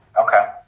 Okay